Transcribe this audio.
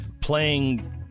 playing